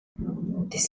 this